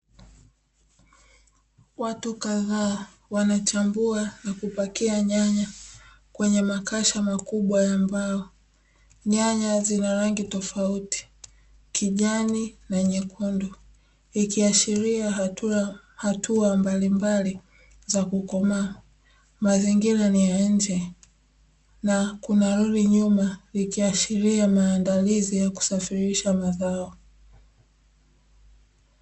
Watu kadhaa wanachambua na kupakia nyanya kwenye makasha makubwa ya mbao. Nyanya zina rangi tofauti, kijani na nyekundu. Ikiashiria hatua mbalimbali za kukomaa. Mazingira ni ya nje na kuna lori nyuma, likiashiria maandalizi ya kusafirisha mazao.